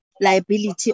liability